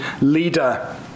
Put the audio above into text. leader